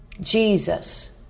Jesus